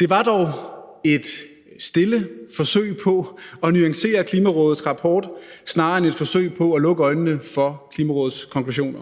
Det var dog et stille forsøg på at nuancere Klimarådets rapport snarere end et forsøg på at lukke øjnene for Klimarådets konklusioner.